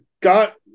got